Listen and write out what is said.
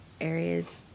areas